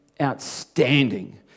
outstanding